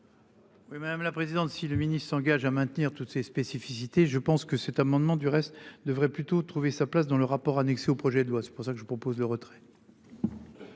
madame la présidente. Si le Ministre s'engage à maintenir toutes ses spécificités. Je pense que cet amendement du reste devrait plutôt trouver sa place dans le rapport annexé au projet de loi, c'est pour ça que je propose le retrait.